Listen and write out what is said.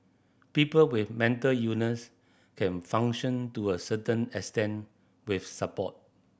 people with mental illness can function to a certain extent with support